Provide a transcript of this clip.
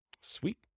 Sweet